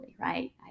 right